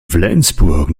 flensburg